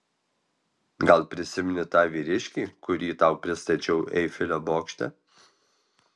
gal prisimeni tą vyriškį kurį tau pristačiau eifelio bokšte